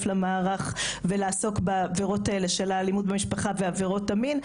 למערך ולעסוק בעבירות האלה של אלימות במשפחה ועבירות המין,